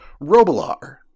Robilar